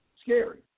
Scary